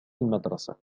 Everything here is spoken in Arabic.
المدرسة